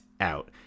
out